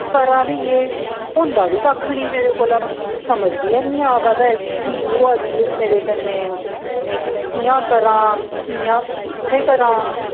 करां बी केह् होंदा बी कक्ख निं मेरे कोला समझ बी निं आवा दा ऐ कि की होआ दी एह् मेरे कन्नै में कि'यां करां कि'यां कि'त्थै करां